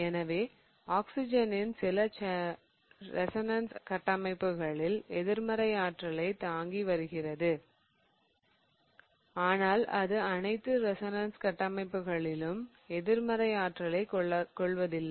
எனவே ஆக்ஸிஜன் சில ரெசோனன்ஸ் கட்டமைப்புகளில் எதிர்மறை ஆற்றலை தாங்கி வருகிறது ஆனால் அது அனைத்து ரெசோனன்ஸ் கட்டமைப்புகளிலும் எதிர்மறை ஆற்றலைக் கொள்வதில்லை